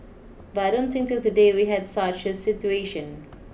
but I don't think till today we have such a situation